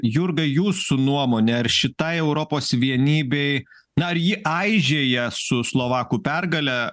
jurga jūsų nuomone ar šitai europos vienybei na ar ji aižėja su slovakų pergale